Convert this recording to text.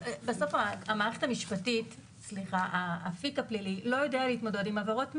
בסוף האפיק הפלילי לא יודע להתמודד עם עבירות מין.